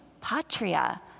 patria